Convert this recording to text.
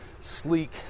sleek